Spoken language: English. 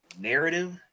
narrative